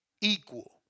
equal